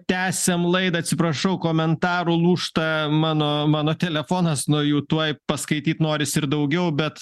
tęsiam laidą atsiprašau komentarų lūžta mano mano telefonas nuo jų tuoj paskaityt noris ir daugiau bet